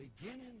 Beginning